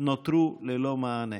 נותרו ללא מענה.